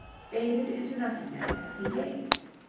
faded into nothingness as he gazed.